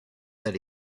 that